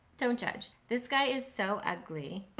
don't judge. this guy is so ugly